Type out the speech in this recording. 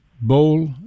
bowl